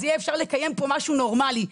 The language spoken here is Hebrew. יהיה אפשר לקיים פה משהו נורמלי,